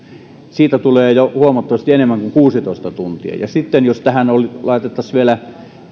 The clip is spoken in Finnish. siitä tulee jo huomattavasti enemmän kuin kuusitoista tuntia ja sitten jos tähän laitettaisiin vielä